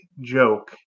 joke